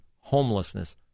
homelessness